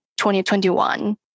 2021